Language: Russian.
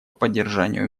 поддержанию